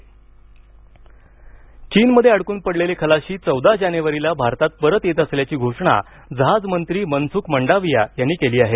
मंडाविया खलाशी परत चीनमध्ये अडकून पडलेले खलाशी चौदा जानेवारीला भारतात परत येत असल्याची घोषणा जहाजमंत्री मनसुख मंडाविया यांनी केली आहे